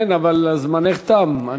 כן, אבל זמנך תם.